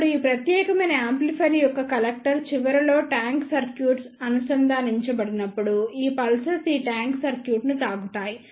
ఇప్పుడు ఈ ప్రత్యేకమైన యాంప్లిఫైయర్ యొక్క కలెక్టర్ చివరలో ట్యాంక్ సర్క్యూట్ అనుసంధానించబడినప్పుడు ఈ పల్సెస్ ఈ ట్యాంక్ సర్క్యూట్ను తాకుతాయి